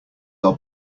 are